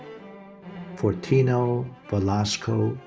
fortino velasco,